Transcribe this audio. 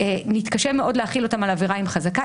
נתקשה מאוד להחיל אותם על עבירה עם חזקה.